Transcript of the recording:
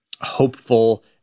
hopeful